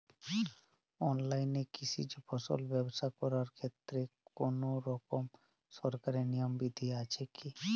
অনলাইনে কৃষিজ ফসল ব্যবসা করার ক্ষেত্রে কোনরকম সরকারি নিয়ম বিধি আছে কি?